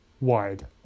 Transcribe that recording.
wide